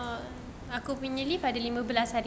aku punya leave ada lima belas hari